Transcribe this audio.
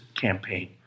campaign